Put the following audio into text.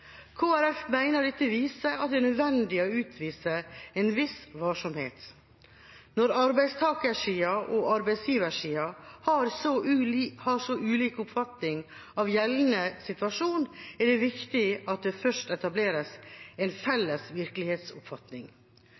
at det er nødvendig å utvise en viss varsomhet. Når arbeidstakersiden og arbeidsgiversiden har så ulik oppfatning av gjeldende situasjon, er det viktig at det først etableres en felles virkelighetsoppfatning.